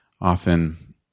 often